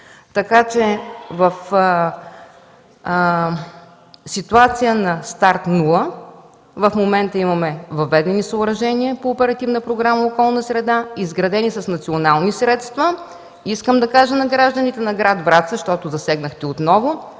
така че в ситуация на старт „нула” в момента имаме въведени съоръжения по Оперативна програма „Околна среда”, изградени с национални средства. Искам да кажа на гражданите на град Враца, щото засегнахте това